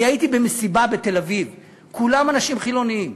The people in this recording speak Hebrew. הייתי במסיבה בתל-אביב, כולם אנשים חילונים,